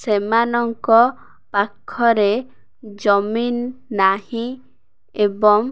ସେମାନଙ୍କ ପାଖରେ ଜମିନ୍ ନାହିଁ ଏବଂ